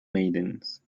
maidens